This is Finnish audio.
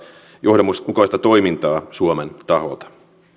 johdonmukaista toimintaa suomen taholta